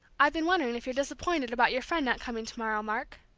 i've been wondering if you're disappointed about your friend not coming to-morrow, mark?